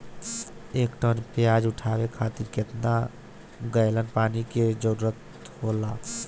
एक टन प्याज उठावे खातिर केतना गैलन पानी के जरूरत होखेला?